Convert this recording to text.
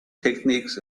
techniques